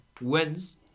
Wins